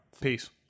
Peace